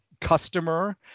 customer